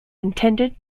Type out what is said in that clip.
intended